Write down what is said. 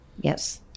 Yes